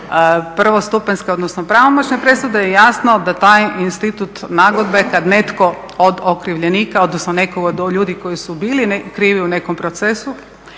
prvostupanjske, odnosno pravomoćne presude i jasno da taj institut nagodbe kada netko od okrivljenika, odnosno netko od ljudi koji su bili krivi u nekom procesu